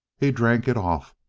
he drank it off,